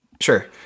Sure